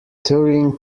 turin